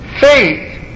Faith